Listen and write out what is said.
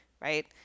Right